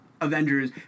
Avengers